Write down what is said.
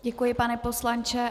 Děkuji, pane poslanče.